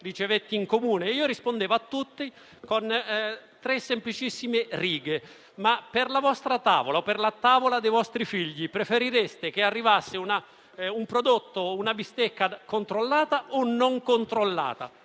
Rispondevo a tutti con tre semplicissime righe: ma per la vostra tavola o per quella dei vostri figli preferireste che arrivasse una bistecca controllata o non controllata?